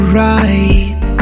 right